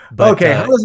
Okay